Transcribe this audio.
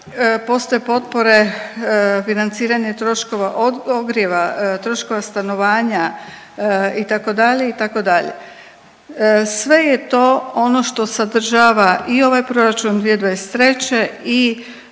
postoje potpore financiranje troškova ogrijeva, troškova stanovanja itd., itd. sve je to ono što sadržava i ovaj proračun 2023.